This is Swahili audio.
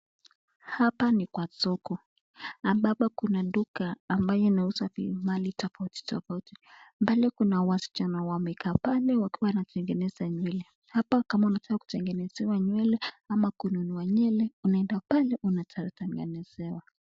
Hapa ni kwa soko ambapo kuna duka ambaye anauza mali tafauti tafauti , pale kuna wasichana wamekaa pale wakiwa wanatengenezea nywele , hapa kama unajua kitengeneziwa nywele ama kunyolewa nywele unaenda pale kutengenezewa